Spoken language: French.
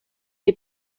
les